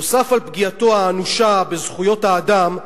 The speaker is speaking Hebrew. נוסף על פגיעתו האנושה בזכויות האדם,